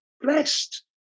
Blessed